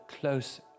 close